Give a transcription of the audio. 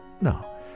No